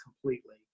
completely